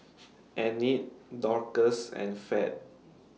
Enid Dorcas and Fed